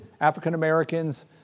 African-Americans